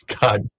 God